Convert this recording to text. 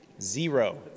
Zero